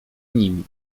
nimi